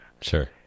Sure